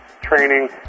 training